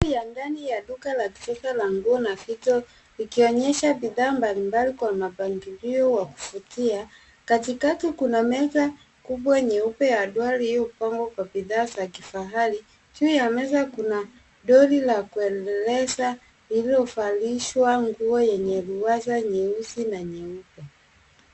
Yangani ya duka la kisasa la nguo na vito, ikionyesha bidhaa mbalimbali kwa mpangilio wa kuvutia. Katikati kuna meza kubwa nyeupe ya duara iliyopangwa kwa bidhaa za kifahari. Juu ya meza kuna dori la kuendeleza lililovalishwa nguo yenye viwaza nyeusi na nyeupe.